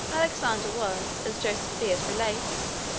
alexander was, as josephus relates,